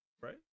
right